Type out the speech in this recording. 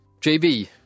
JB